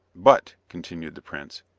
but, continued the prince,